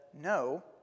no